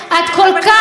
את כל כך לא